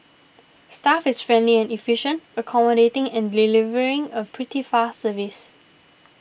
staff is friendly and efficient accommodating and delivering a pretty fast service